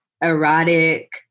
erotic